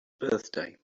birthday